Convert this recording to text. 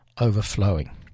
overflowing